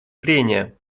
прения